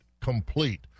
complete